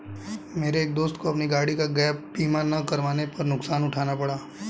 मेरे एक दोस्त को अपनी गाड़ी का गैप बीमा ना करवाने पर नुकसान उठाना पड़ा